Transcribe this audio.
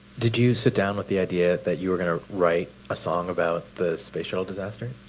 did you sit down with the idea that you were going to write a song about the space shuttle disaster?